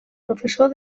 professor